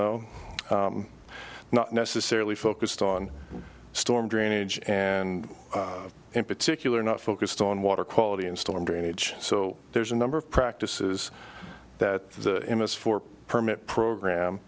know not necessarily focused on storm drainage and in particular not focused on water quality and storm drainage so there's a number of practices that emits for permit program